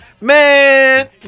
Man